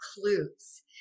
clues